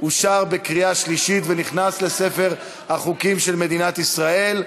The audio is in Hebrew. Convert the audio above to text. אושרה בקריאה שלישית ונכנסת לספר החוקים של מדינת ישראל.